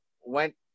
went